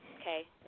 okay